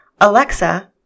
Alexa